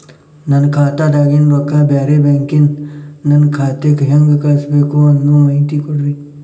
ನನ್ನ ಖಾತಾದಾಗಿನ ರೊಕ್ಕ ಬ್ಯಾರೆ ಬ್ಯಾಂಕಿನ ನನ್ನ ಖಾತೆಕ್ಕ ಹೆಂಗ್ ಕಳಸಬೇಕು ಅನ್ನೋ ಮಾಹಿತಿ ಕೊಡ್ರಿ?